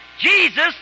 Jesus